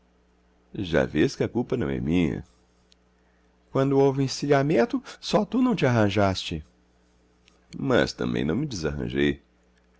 já vês que a culpa não é minha quando houve o encilhamento só tu não te arranjaste mas também não me desarranjei